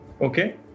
okay